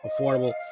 affordable